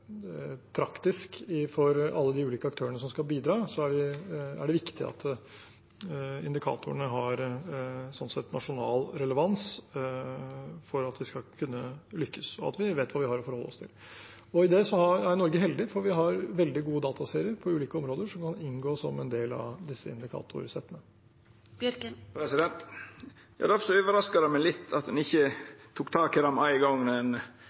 praktisk for alle de ulike aktørene som skal bidra, er det viktig at indikatorene slik sett har nasjonal relevans for at vi skal kunne lykkes, og at vi vet hva vi har å forholde oss til. I det er Norge heldig, for vi har veldig gode dataserier på ulike områder som kan inngå som en del av disse indikatorsettene. Ja, difor overraskar det meg litt at ein ikkje tok tak i det med ein gong ein sette i gang